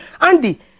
Andy